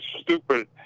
stupid